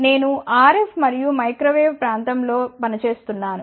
నేను RF మరియు microwave ప్రాంతం లో పని చేస్తున్నాను